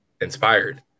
inspired